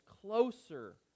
closer